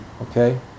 okay